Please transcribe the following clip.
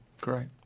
Great